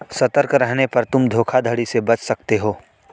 सतर्क रहने पर तुम धोखाधड़ी से बच सकते हो